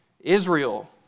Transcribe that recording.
Israel